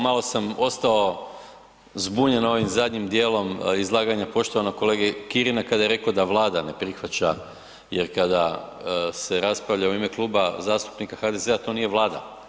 Malo sam ostao zbunjen ovim zadnjim dijelom izlaganja poštovanog kolege Kirina kada je rekao da Vlada ne prihvaća jer kada se raspravlja u ime Kluba zastupnika HDZ-a to nije Vlada.